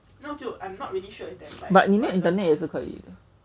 but 你们的 internet 也是可以的